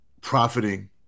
profiting